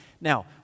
Now